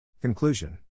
Conclusion